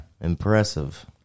Impressive